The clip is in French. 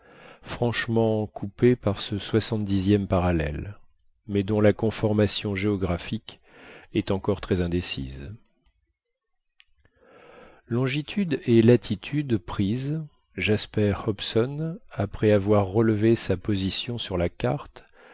franchement coupée par ce soixante dixième parallèle mais dont la conformation géographique est encore très indécise longitude et latitude prises jasper hobson après avoir relevé sa position sur la carte